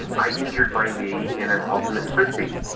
and i injured my knee in an ultimate frisbee,